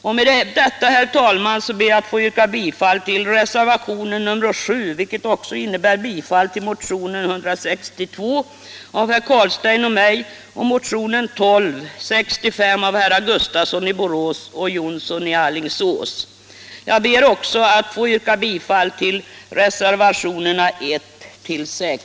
Med det anförda, herr talman, ber jag att få yrka bifall till reservationen 7, vilket också innebär bifall till motionen 162 av mig själv och herr Carlstein samt till motionen 1265 av herrar Gustafsson i Borås och Jonsson i Alingsås. Jag ber också att få yrka bifall till reservationerna 1—6.